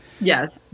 Yes